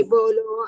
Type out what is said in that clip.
Bolo